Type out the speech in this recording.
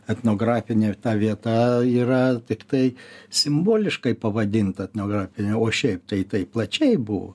etnografinė ta vieta yra tiktai simboliškai pavadinta etnografinė o šiaip tai tai plačiai buvo